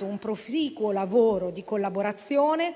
un proficuo lavoro di collaborazione